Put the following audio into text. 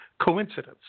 coincidence